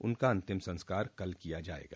उनका अंतिम संस्कार कल किया जायेगा